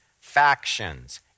factions